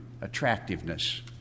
attractiveness